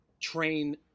train